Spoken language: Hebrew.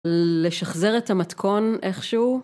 לשחזר את המתכון איכשהו.